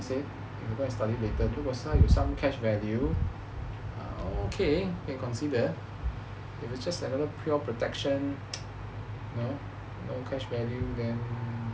unless 那个 policy as I say if I go and study later 如果他有 some cash value okay can consider if it's just another pure protection you know no cash value then